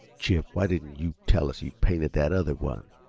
chip, why didn't yuh tell us you painted that other one?